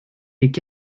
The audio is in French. des